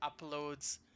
uploads